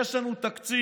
יש לנו תקציב.